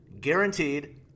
guaranteed